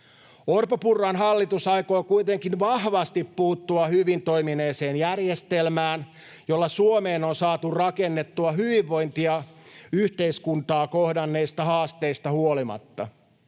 Orpon—Purran hallitus aikoo kuitenkin vahvasti puuttua hyvin toimineeseen järjestelmään, jolla Suomeen on saatu rakennettua hyvinvointia yhteiskuntaa kohdanneista haasteista huolimatta.